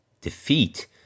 Defeat